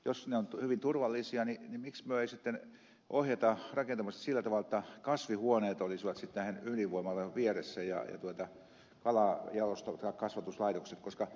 jos ydinvoimalat ovat hyvin turvallisia niin miksi me emme sitten ohjaa rakentamista sillä tavalla jotta kasvihuoneet olisivat sitten näiden ydinvoimaloiden vieressä ja kalankasvatuslaitokset koska silloin olisi ilmaista energiaa